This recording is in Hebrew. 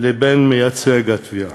למייצג בתביעה.